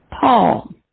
Paul